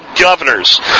governors